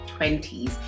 20s